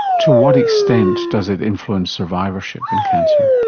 to what extent does it influence survivorship in cancer?